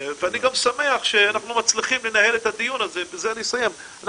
אני גם שמח שאנחנו מצליחים לנהל את הדיון הזה בלי